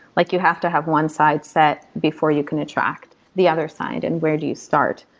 like you have to have one side set before you can attract the other side and where do you start?